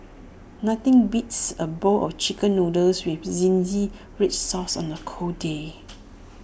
nothing beats A bowl of Chicken Noodles with Zingy Red Sauce on A cold day